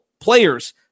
players